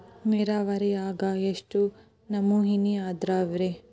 ನೇರಾವರಿಯಾಗ ಎಷ್ಟ ನಮೂನಿ ಅದಾವ್ರೇ?